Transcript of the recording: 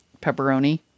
pepperoni